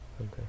Okay